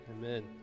Amen